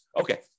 Okay